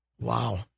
Wow